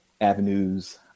avenues